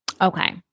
okay